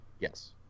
Yes